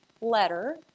letter